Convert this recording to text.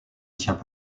tient